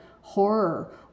horror